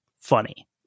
funny